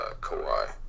Kawhi